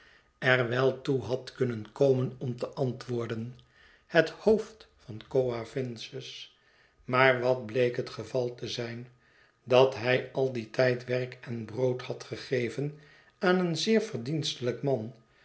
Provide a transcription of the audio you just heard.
er wel toe had kunnen komen om tejantwoorden het hoofd van coavinses maar wat bleek het geval te zijn dat hij al dien tijd werk en brood had gegeven aan een zeer verdienstelijk man